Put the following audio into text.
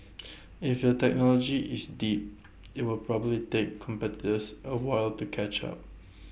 if your technology is deep IT will probably take competitors A while to catch up